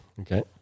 okay